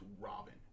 Robin